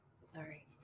Sorry